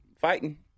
fighting